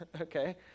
okay